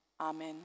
Amen